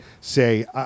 say